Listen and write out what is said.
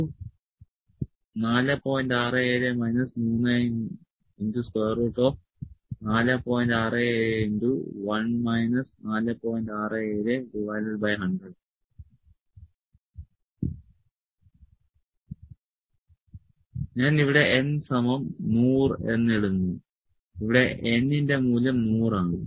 L np 3npN ഞാൻ ഇവിടെ N സമം 100 എന്ന് ഇടുന്നു ഇവിടെ N ന്റെ മൂല്യം 100 ആണ്